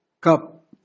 cup